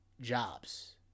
jobs